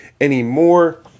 anymore